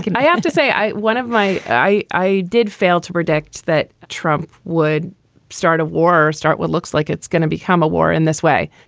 and i have to say, one of my i i did fail to predict that trump would start a war, start what looks like it's going to become a war in this way.